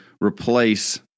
replace